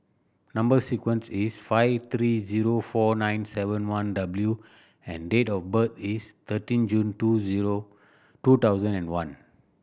number sequence is five three zero four nine seven one W and date of birth is thirteen June two zero two thousand and one